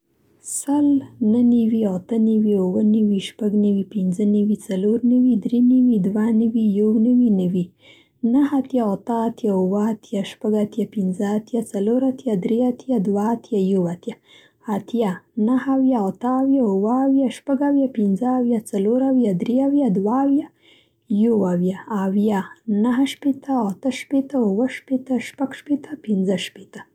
سل نهه نوي اته نوي اووه نوي شپږ نوي پنځه نوي څلور نوي درې نوي دوه نوي يو نوي نوي نهه اتيا اته اتيا اووه اتيا شپږ اتيا پنځه اتيا څلور اتيا درې اتيا دوه اتيا يو اتيا اتيا نهه اويا اته اويا اووه اويا شپږ اويا پنځه اويا څلور اويا درې اويا دوه اويا يو اويا اويا نهه شپېته اته شپېته اووه شپېته شپږ شپېته پنځه شپېته